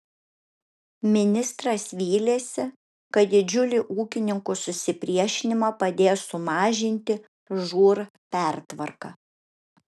ministras vylėsi kad didžiulį ūkininkų susipriešinimą padės sumažinti žūr pertvarka